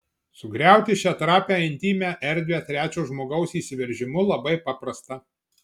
sugriauti šią trapią intymią erdvę trečio žmogaus įsiveržimu labai paprasta